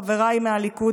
חבריי מהליכוד,